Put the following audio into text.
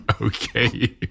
Okay